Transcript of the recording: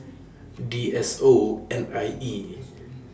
D S O N I E